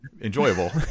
enjoyable